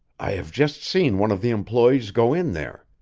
i have just seen one of the employees go in there.